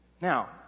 Now